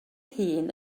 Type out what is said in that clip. hun